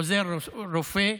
עוזר רופא,